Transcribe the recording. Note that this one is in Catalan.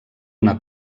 una